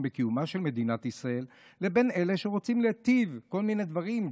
בקיומה של מדינת ישראל לבין אלה שרוצים להיטיב כל מיני דברים,